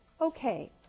Okay